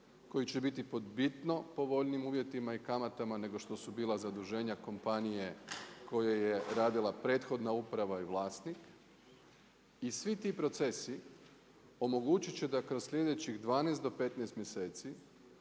koji će biti pod bitno povoljnijim uvjetima i kamatama, nego što su bila zaduženja kompanije, u kojoj je radila prethodna uprava i vlasti. I svi ti procesi, omogućit će da kroz sljedećih 12 do 15 mjeseci